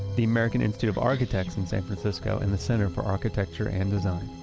the american institute of architects in san francisco, and the center for architecture and design.